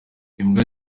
imbwa